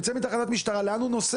הוא יוצא מתחנת משטרה, לאן הוא נוסע?